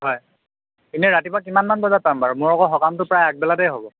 হয় এনে ৰাতিপুৱা কিমান মান বজাত পাম বাৰু মোৰ আকৌ সকামটো প্ৰায় আগবেলাতে হ'ব